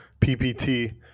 PPT